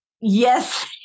Yes